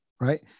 Right